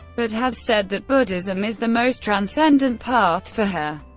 but has said that buddhism is the most transcendent path for her.